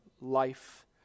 life